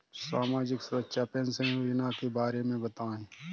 सामाजिक सुरक्षा पेंशन योजना के बारे में बताएँ?